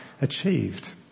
achieved